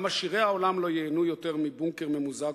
גם עשירי העולם לא ייהנו יותר מבונקר ממוזג,